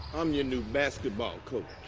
i'm your new basketball coach.